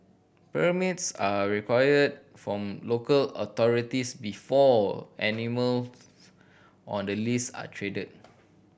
permits are required from local authorities before animals on the list are traded